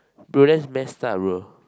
bro that's messed up bro